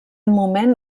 moment